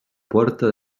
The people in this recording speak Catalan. porta